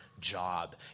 job